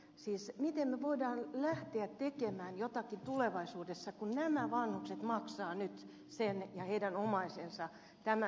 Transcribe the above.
siis miten me voimme lähteä tekemään jotakin tulevaisuudessa kun nämä vanhukset ja heidän omaisensa maksavat tämän tosiasian